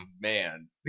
man